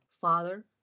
father